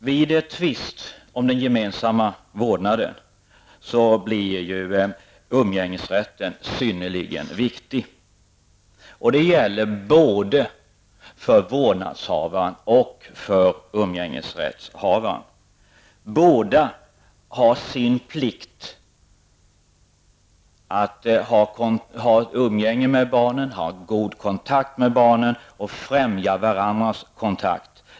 Vid tvist om den gemensamma vårdnaden blir umgängesrätten synnerligen viktig. Det gäller både för vårdnadshavaren och för umgängesrättshavaren. Båda har sin plikt att ha ett umgänge med barnen, en god kontakt med barnen, och att främja varandras kontakt.